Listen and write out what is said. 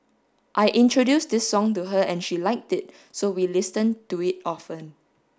I introduced this song to her and she liked it so we listen to it often